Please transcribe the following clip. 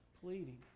pleading